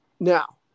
Now